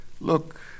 Look